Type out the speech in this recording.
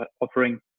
offering